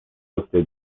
افته